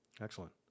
Excellent